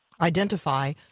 identify